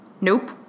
Nope